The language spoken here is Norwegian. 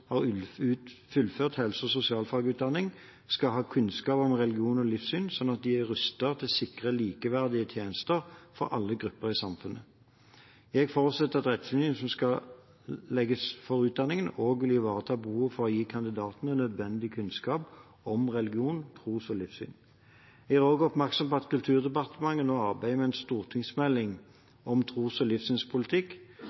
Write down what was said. fullført en helse- og sosialfagutdanning, skal ha kunnskap om religion og livssyn, slik at de er rustet til å sikre likeverdige tjenester for alle grupper i samfunnet. Jeg forutsetter at retningslinjene som skal legges for utdanningene, også vil ivareta behovet for å gi kandidatene nødvendig kunnskap om religion, tro og livssyn. Jeg vil også gjøre oppmerksom på at Kulturdepartementet nå arbeider med en